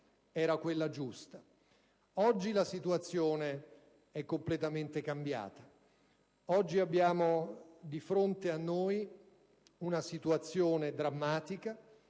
era quella giusta. Oggi la situazione è completamente cambiata. Abbiamo di fronte a noi una situazione drammatica,